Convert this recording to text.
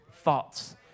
thoughts